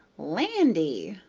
landy!